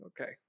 Okay